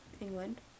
England